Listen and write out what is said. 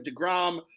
deGrom